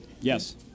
yes